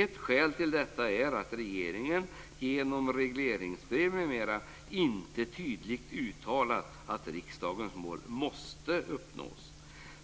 Ett skäl till detta är att regeringen genom regleringsbrev m.m. inte tydligt uttalat att riksdagens mål måste uppnås.